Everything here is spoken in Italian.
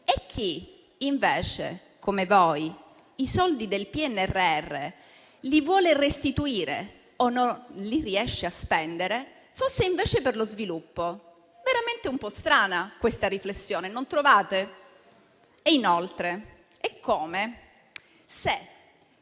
e chi, invece, come voi, i soldi del PNRR li vuole restituire o non li riesce a spendere, fosse invece per lo sviluppo. Veramente un po' strana questa riflessione, non trovate? Inoltre, sarebbe